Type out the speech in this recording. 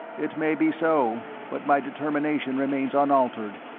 it may be so. but my determination remains unaltered.